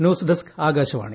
news desk Akashvani